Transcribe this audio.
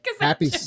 happy